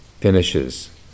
finishes